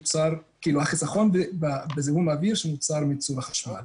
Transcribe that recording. החיסכון בזיהום אוויר שנוצר מייצור החשמל.